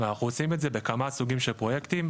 ואנחנו עושים את זה בכמה סוגים של פרויקטים.